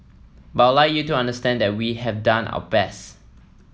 but I'd like you to understand that we have done our best